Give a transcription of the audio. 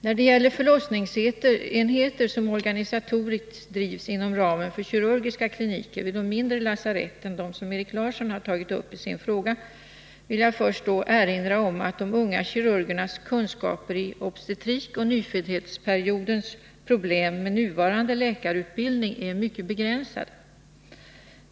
När det gäller förlossningsenheter som organisatoriskt drivs inom ramen för kirurgiska kliniker vid de mindre lasaretten, och som Erik Larsson tagit uppi sin fråga, vill jag först erinra om att de unga kirurgernas kunskaper när det gäller obstetrik och nyföddhetsperiodens problem med nuvarande läkarutbildning är mycket begränsade.